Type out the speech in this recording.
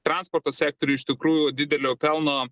transporto sektoriuj iš tikrųjų didelio pelno